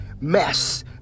Mess